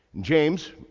James